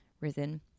risen